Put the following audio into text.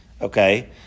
okay